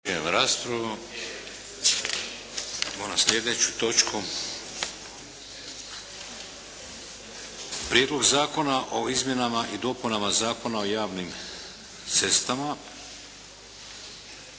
u prvom čitanju. Dakle, Prijedlog zakona o izmjenama i dopunama Zakona o javnim cestama